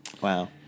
Wow